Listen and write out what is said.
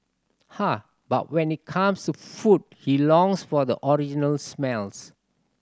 ah but when it comes to food he longs for the original smells